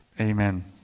Amen